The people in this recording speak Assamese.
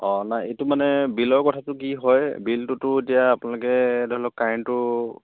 অঁ নাই এইটো মানে বিলৰ কথাটো কি হয় বিলটোতো এতিয়া আপোনালোকে ধৰি লওক কাৰেণ্টটো